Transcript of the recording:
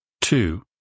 Two